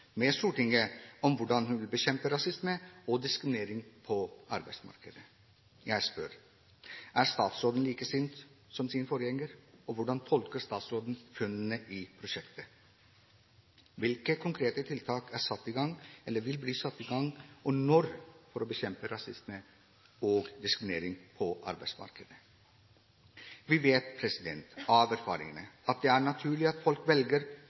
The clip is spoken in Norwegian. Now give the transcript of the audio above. med Stortinget – om hvordan hun vil bekjempe rasisme og diskriminering på arbeidsmarkedet. Jeg spør: Er statsråden like sint som sin forgjenger, og hvordan tolker statsråden funnene i prosjektet? Hvilke konkrete tiltak er satt i gang, eller vil bli satt i gang, og når, for å bekjempe rasisme og diskriminering på arbeidsmarkedet? Vi vet av erfaring at det er naturlig at folk velger,